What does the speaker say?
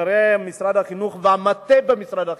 כנראה משרד החינוך והמטה במשרד החינוך,